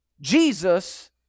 Jesus